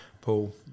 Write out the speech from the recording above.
Paul